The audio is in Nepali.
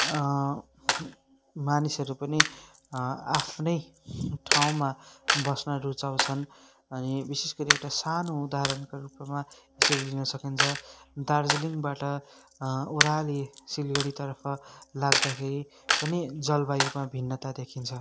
मानिसहरू पनि आफ्नो ठाउँमा बस्न रुचाउँछन् अनि विशेष गरी एउटा सानो उदाहरणको रूपमा यसरी लिन सकिन्छ दार्जिलिङबाट ओरालो सिलगढी तर्फ लाग्दाखेरि पनि जलवायुमा भिन्नता देखिन्छ